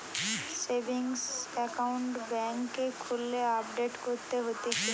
savings account বেংকে খুললে update করতে হতিছে